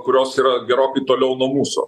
kurios yra gerokai toliau nuo mūsų